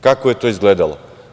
Kako je to izgledalo?